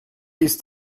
ist